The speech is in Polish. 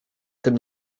tym